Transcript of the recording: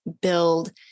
build